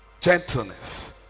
gentleness